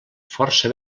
força